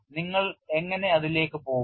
നിങ്ങൾ എങ്ങനെ അതിലേക്ക് പോകും